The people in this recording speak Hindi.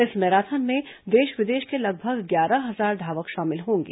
इस मैराथन में देश विदेश के लगभग ग्यारह हजार धावक शामिल होंगे